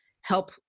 help